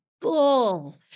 full